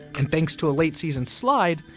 and thanks to a late-season slide,